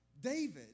David